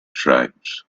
tribes